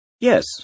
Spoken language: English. Yes